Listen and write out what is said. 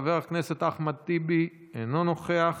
חבר הכנסת אחמד טיבי, אינו נוכח,